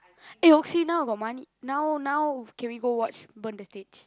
eh got money now now can we go watch burn the stage